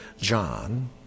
John